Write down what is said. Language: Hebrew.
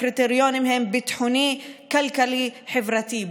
הקריטריונים הם: ביטחוני, כלכלי, חברתי.